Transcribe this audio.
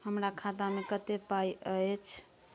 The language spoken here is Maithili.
हमरा खाता में कत्ते पाई अएछ?